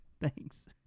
thanks